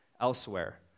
elsewhere